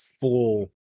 full